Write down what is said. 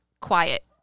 quiet